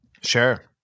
Sure